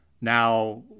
Now